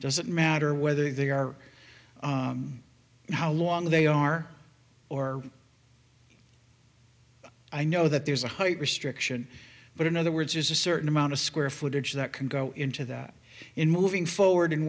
doesn't matter whether they are how long they are or i know that there's a height restriction but in other words there's a certain amount of square footage that can go into that in moving forward